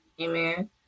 amen